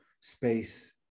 space